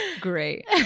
great